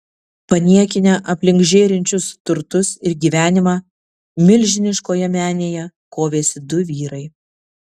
paniekinę aplink žėrinčius turtus ir gyvenimą milžiniškoje menėje kovėsi du vyrai